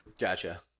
Gotcha